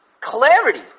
clarity